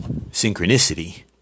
synchronicity